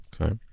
okay